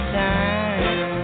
time